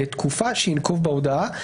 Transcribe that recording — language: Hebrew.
לתקופה שינקוב בהודעה,